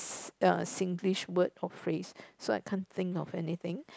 uh Singlish word or phrase so I can't think of anything